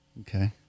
Okay